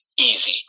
easy